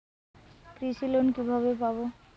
কৃষি লোন কিভাবে পাব?